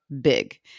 big